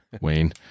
Wayne